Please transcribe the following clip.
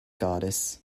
goddess